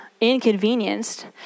inconvenienced